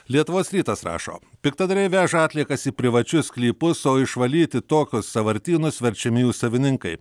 lietuvos rytas rašo piktadariai veža atliekas į privačius sklypus o išvalyti tokius sąvartynus verčiami jų savininkai